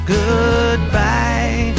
goodbye